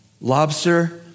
lobster